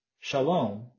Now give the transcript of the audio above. Shalom